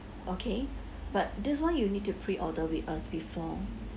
okay but this one you need to pre order with us before